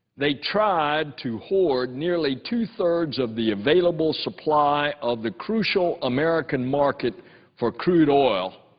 they tried to hoard nearly two-thirds of the available supply of the crucial american market for crude oil